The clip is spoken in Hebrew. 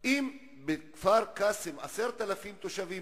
אם בכפר-קאסם יש 10,000 תושבים,